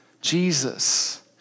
Jesus